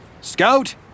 Scout